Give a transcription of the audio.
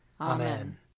Amen